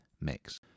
mix